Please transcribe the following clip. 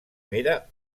mera